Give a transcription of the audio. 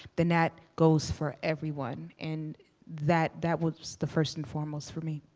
then that goes for everyone. and that that was the first and foremost for me.